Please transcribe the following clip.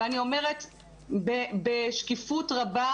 ואני אומרת בשקיפות רבה,